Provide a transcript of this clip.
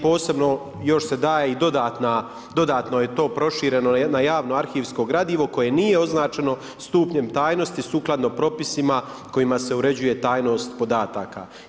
Posebno još se daje i dodano je to prošireno na javno arhivsko gradivo koje nije označeno stupnjem tajnosti sukladno propisima kojima se uređuje tajnost podataka.